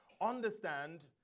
Understand